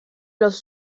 los